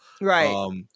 Right